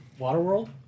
Waterworld